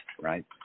right